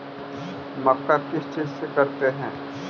मक्का किस चीज से करते हैं?